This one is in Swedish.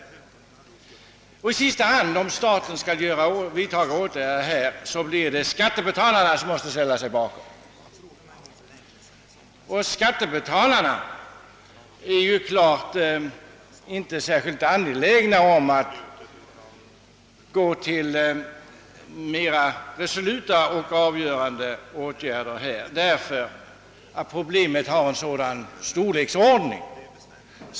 Men om staten skall ge sådana ersättningar blir det i sista hand skattebetalarna själva som måste träda till, och de är givetvis inte särskilt angelägna om att vidta några mera resoluta åtgärder, eftersom problemet har en sådan storleksordning.